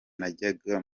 najyaga